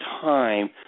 time